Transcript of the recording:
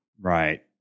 Right